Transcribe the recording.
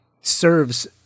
serves